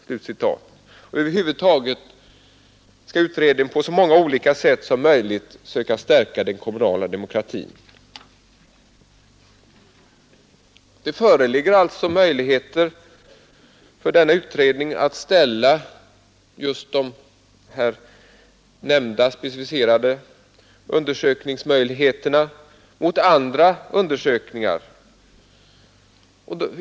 Syftet med utredningen är över huvud taget att på så många olika sätt som möjligt söka stärka den kommunala demokratin. Det föreligger alltså möjligheter för denna utredning att ställa just de här nämnda specificerade undersökningarna mot andra undersökningar.